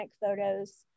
photos